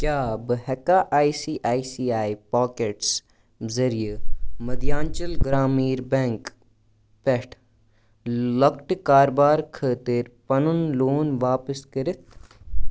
کیٛاہ بہٕ ہٮ۪کا I C I C I pockets ذٔریہِ مٔدھیانچَل گرٛامیٖر بٮ۪نٛک پٮ۪ٹھ لۄکٹہِ کارٕبار خٲطِر پَنُن لون واپَس کٔرِتھ